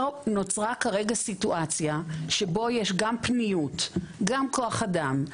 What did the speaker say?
נוצרה כרגע סיטואציה שבו יש גם פניות, גם כוח אדם.